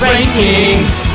Rankings